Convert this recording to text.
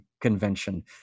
convention